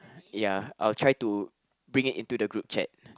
ya I'll try to bring it into the group chat